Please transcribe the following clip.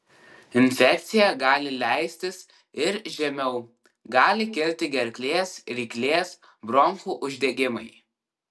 infekcija gali leistis ir žemiau gali kilti gerklės ryklės bronchų uždegimai